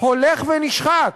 הולך ונשחק,